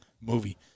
movie